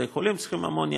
בתי-חולים צריכים אמוניה,